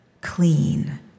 clean